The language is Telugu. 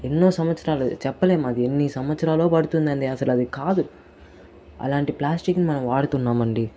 ఎన్నో సంవత్సరాలు చెప్పలేం అది ఎన్ని సంవత్సరాలో పడుతుంది అండి అసలు అది కాదు అలాంటి ప్లాస్టిక్ ని మనం వాడుతున్నామండీ